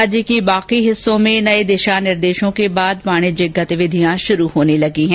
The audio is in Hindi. राज्य के बाकी हिस्सों में नये दिशा निर्देशों के बाद वाणिज्यिक गतिविधियां शुरू होने लगी हैं